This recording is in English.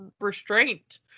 restraint